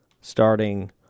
starting